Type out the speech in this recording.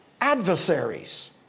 adversaries